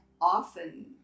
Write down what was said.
often